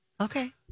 Okay